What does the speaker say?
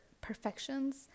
perfections